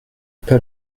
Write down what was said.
pas